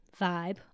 vibe